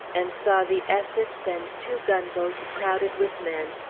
and saw the essex, and two gunboats crowded with men,